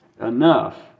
enough